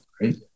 Right